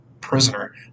prisoner